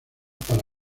para